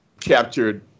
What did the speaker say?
captured